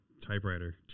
typewriter